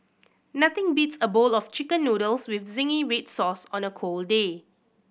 nothing beats a bowl of Chicken Noodles with zingy red sauce on a cold day